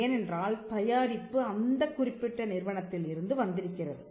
ஏனென்றால் தயாரிப்பு அந்தக் குறிப்பிட்ட நிறுவனத்தில் இருந்து வந்திருக்கிறது